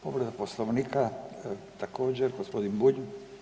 Povreda Poslovnika također gospodin Bulj.